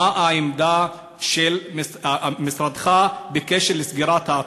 מה העמדה של משרדך בקשר לסגירת האתר?